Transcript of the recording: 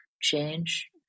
change